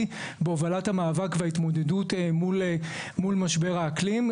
בהובלת המאבק וההתמודדות מול משבר האקלים.